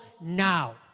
now